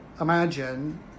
imagine